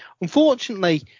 Unfortunately